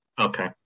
Okay